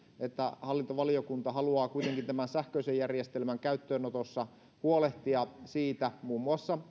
että hallintovaliokunta haluaa kuitenkin tämän sähköisen järjestelmän käyttöönotossa huolehtia siitä muun muassa